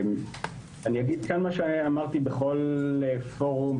אני אגיד מה שאמרתי בכל פורום,